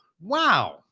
Wow